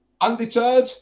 Undeterred